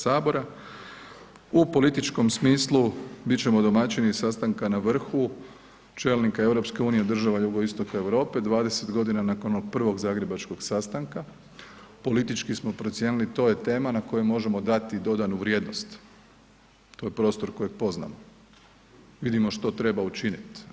U političkom smislu bit ćemo domaćini sastanka na vrhu čelnika EU država jugoistoka Europe, 20.g. nakon onog prvog zagrebačkog sastanka, politički smo procijenili to je tema na koju možemo dati dodanu vrijednost, to je prostor kojeg poznamo, vidimo što treba učinit.